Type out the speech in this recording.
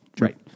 Right